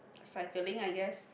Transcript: cycling I guess